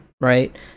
right